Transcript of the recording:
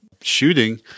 shooting